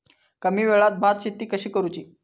कमी वेळात भात शेती कशी करुची?